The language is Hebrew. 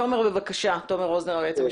תומר רוזנר, היועץ המשפטי,